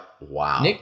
Wow